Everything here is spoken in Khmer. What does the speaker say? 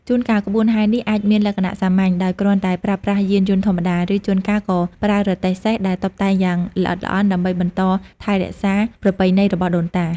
ជួនកាលក្បួនហែរនេះអាចមានលក្ខណៈសាមញ្ញដោយគ្រាន់តែប្រើប្រាស់យានយន្តធម្មតា ឬជួនកាលក៏ប្រើរទេះសេះដែលតុបតែងយ៉ាងល្អិតល្អន់ដើម្បីបន្តថែរក្សាប្រពៃណីរបស់ដូនតា។